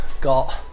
got